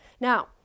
Now